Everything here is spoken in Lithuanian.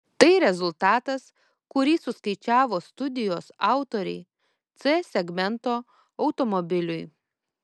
tai rezultatas kurį suskaičiavo studijos autoriai c segmento automobiliui